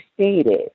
stated